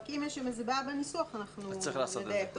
אם יש איזו בעיה בניסוח אנחנו נדייק אותו.